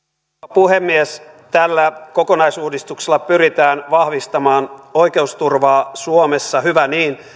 puhemies tällä kokonaisuudistuksella pyritään vahvistamaan oikeusturvaa suomessa hyvä niin